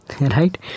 right